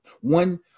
one